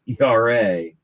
ERA